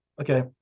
okay